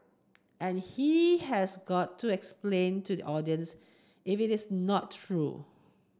and he has got to explain to the audiences if it is not true